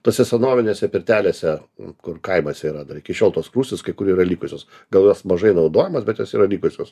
tose senovinėse pirtelėse kur kaimuose yra dar iki šiol tos krūsnys kai kur yra likusios gal jos mažai naudojamos bet jos yra likusios